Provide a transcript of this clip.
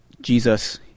Jesus